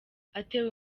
atewe